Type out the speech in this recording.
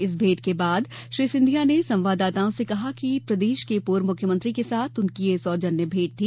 इस भेंट के बाद श्री सिंधिया ने संवाददाताओं से कहा कि प्रदेश के पूर्व मुख्यमंत्री के साथ उनकी ये सौजन्य भेंट थी